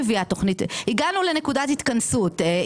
הגענו לנקודת התכנסות,